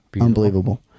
unbelievable